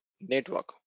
network